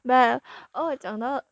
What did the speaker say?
but oh 讲到